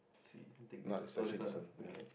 let's see take this oh this one ah okay